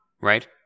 right